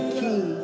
key